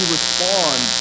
respond